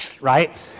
Right